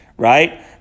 Right